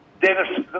Dennis